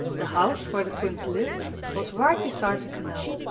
the house where the twins lived was right beside the canal.